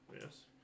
Yes